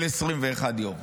של 21 יום,